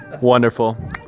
Wonderful